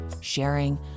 sharing